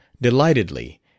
delightedly